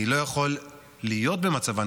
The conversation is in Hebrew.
אני לא יכול להיות במצבן,